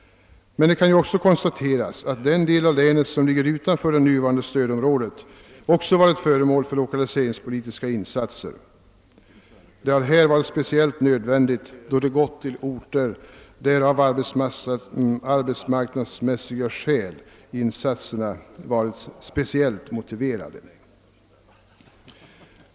Det kan emellertid konstateras att även den del av länet som ligger utanför det nuvarande stödområdet varit föremål för lokaliseringspolitiska insatser. Det har varit speciellt nödvändigt för orter där insatserna varit motiverade av arbetsmarknadsmässiga skäl.